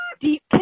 deep